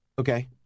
Okay